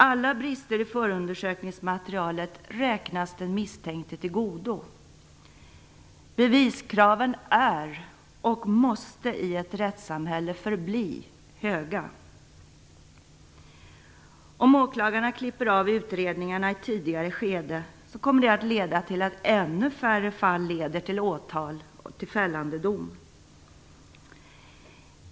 Alla brister i förundersökningsmaterialet räknas den misstänkte till godo. Beviskraven är och måste i ett rättssamhälle förbli höga. Om åklagarna klipper av utredningarna i ett tidigare skede, kommer det att leda till att ännu färre fall leder till åtal och till fällande dom.